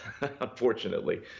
unfortunately